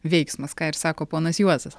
veiksmas ką ir sako ponas juozas